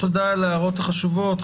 תודה על ההערות החשובות.